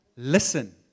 listen